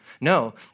No